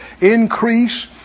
Increase